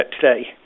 today